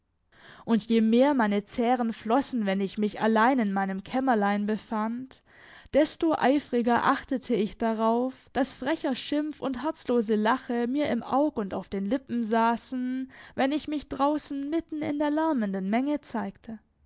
und je mehr meine zähren flossen wenn ich mich allein in meinem kämmerlein befand desto eifriger achtete ich darauf daß frecher schimpf und herzlose lache mir im aug und auf den lippen saßen wenn ich mich draußen mitten in der lärmenden menge zeigte